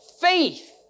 faith